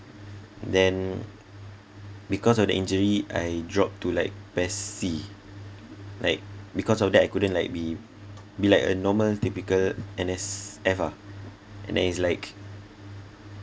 then because of the injury I dropped to like PES C like because of that I couldn't like be be like a normal typical N_S_F ah and then it's like